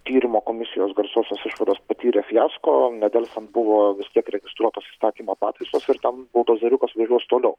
tyrimo komisijos garsiosios išvados patyrė fiasko nedelsiant buvo vis tiek registruotos įstatymo pataisos ir tam buldozeriukas važiuos toliau